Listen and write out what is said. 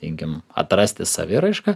linkim atrasti saviraišką